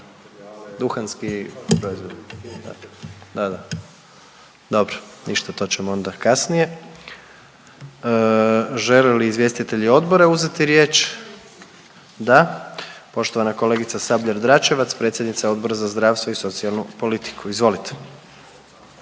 Duhanski proizvodi. Da, da. Dobro, ništa, to ćemo onda kasnije. Žele li izvjestitelji odbora uzeti riječ? Da. Poštovana kolegica Sabljar-Dračevac, predsjednica Odbora za zdravstvo i socijalnu politiku. Izvolite.